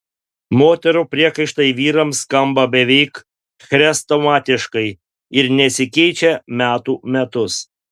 moterų priekaištai vyrams skamba beveik chrestomatiškai ir nesikeičia metų metus